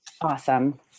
Awesome